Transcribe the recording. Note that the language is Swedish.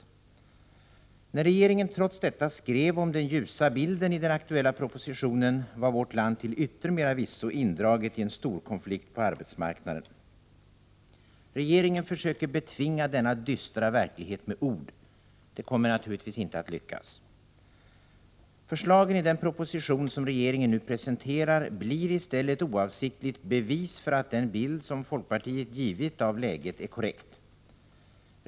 När regeringen trots detta skrev om den ljusa bilden i den aktuella propositionen var vårt land till yttermera visso indraget i en storkonflikt på arbetsmarknaden. Regeringen försöker betvinga denna dystra verklighet med ord. Det kommer naturligtvis inte att lyckas. Förslagen i den proposition som regeringen nu presenterar blir i stället oavsiktligt ett bevis för att den bild som folkpartiet har givit av läget är korrekt.